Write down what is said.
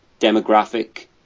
demographic